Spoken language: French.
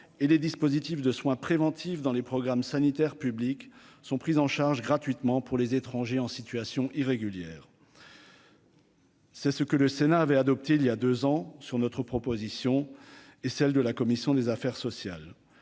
et les dispositifs de soins préventifs dans les programmes sanitaires publics sont prises en charge gratuitement pour les étrangers en situation irrégulière. C'est ce que le Sénat avait adopté il y a 2 ans, sur notre proposition et celle de la commission des affaires sociales,